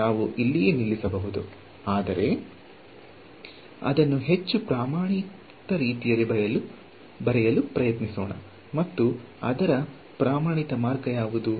ಈಗ ನಾವು ಇಲ್ಲಿಯೇ ನಿಲ್ಲಿಸಬಹುದು ಆದರೆ ಅದನ್ನು ಹೆಚ್ಚು ಪ್ರಮಾಣಿತ ರೀತಿಯಲ್ಲಿ ಬರೆಯಲು ಪ್ರಯತ್ನಿಸೋಣ ಮತ್ತು ಅದರ ಪ್ರಮಾಣಿತ ಮಾರ್ಗ ಯಾವುದು